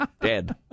dead